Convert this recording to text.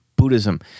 Buddhism